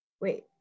Wait